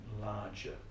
larger